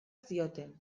zioten